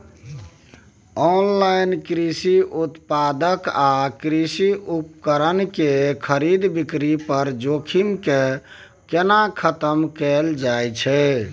Online कृषि उत्पाद आ कृषि उपकरण के खरीद बिक्री पर जोखिम के केना खतम कैल जाए छै?